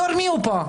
בתור מי הוא פה?